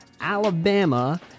Alabama